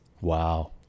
Wow